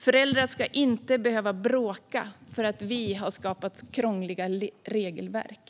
Föräldrar ska inte behöva bråka för att vi har skapat krångliga regelverk.